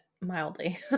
mildly